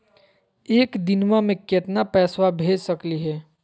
एक दिनवा मे केतना पैसवा भेज सकली हे?